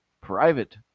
private